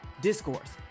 Discourse